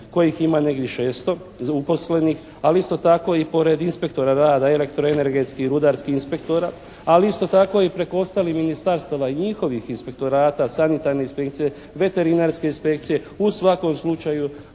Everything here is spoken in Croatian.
kojih ima negdje 600 uposlenih, ali isto tako i pored inspektora rada, elektroenergetskih i rudarskih inspektora, ali isto tako i preko ostalih ministarstava i njihovih inspektorata, sanitarnih inspekcija, veterinarske inspekcije, u svakom slučaju